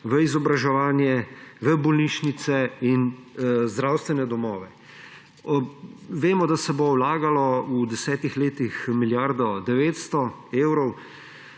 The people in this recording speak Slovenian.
v izobraževanje, v bolnišnice in zdravstvene domove. Vemo, da se bo vlagalo v 10 letih milijardo 900 evrov,